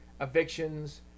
Evictions